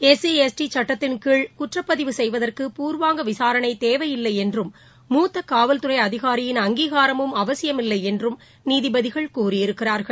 SC ST சட்டத்தின்கீழ் குற்றப்பதிவு செய்வதற்கு பூர்வாங்க விசாரணைதேவையில்லைஎன்றும் மூத்தகாவல்துறைஅதிகாரியின் அங்கீகாரமும் அவசியமில்லைஎன்றும் நீதிபதிகள் கூறியிருக்கிறார்கள்